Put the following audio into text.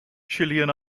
chilean